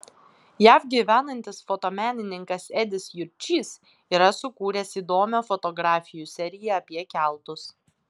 jav gyvenantis fotomenininkas edis jurčys yra sukūręs įdomią fotografijų seriją apie keltus